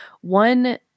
one